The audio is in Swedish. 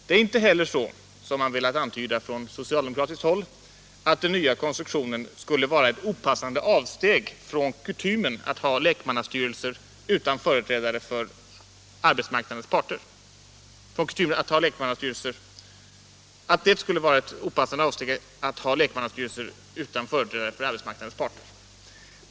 Det är inte heller så — som man velat antyda från socialdemokratiskt håll — att det skulle vara ett opassande avsteg från kutymen att ha lekmannastyrelser utan företrädare för arbetsmarknadens parter.